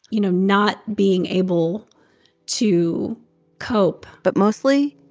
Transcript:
you know, not being able to cope but mostly,